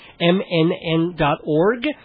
MNN.org